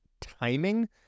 timing